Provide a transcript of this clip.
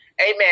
amen